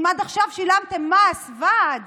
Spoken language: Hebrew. עד עכשיו שילמתם מס ועד